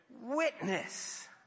witness